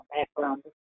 background